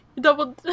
Double